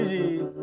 you.